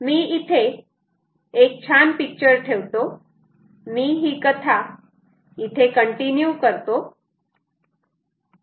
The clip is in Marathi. मी इथे एक छान पिक्चर ठेवतो मी ही कथा इथे कंटिन्यू करतो